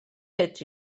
fets